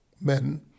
men